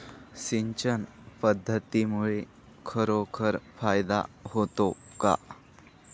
सिंचन पद्धतीमुळे खरोखर फायदा होतो का?